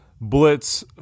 blitz